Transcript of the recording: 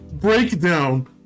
Breakdown